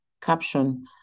Caption